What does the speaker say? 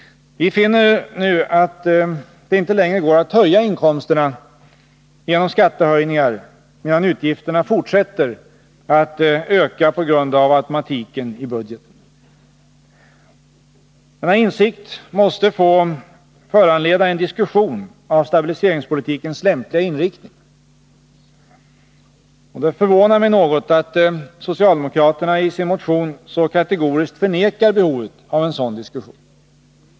Vi finner nu att det inte längre går att höja inkomsterna genom skattehöjningar, medan utgifterna fortsätter att öka på grund av automatiken i budgeten. Denna insikt måste få föranleda en diskussion av stabiliseringspolitikens lämpliga inriktning. Det förvånar mig något att socialdemokraterna i sin motion så kategoriskt förnekar behovet av en sådan diskussion.